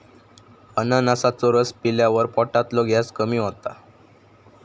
अननसाचो रस पिल्यावर पोटातलो गॅस कमी होता